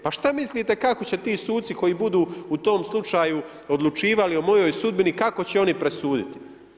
Pa šta mislite kako će ti suci koji budu u tom slučaju odlučivali o mojoj sudbini, kako će oni presuditi?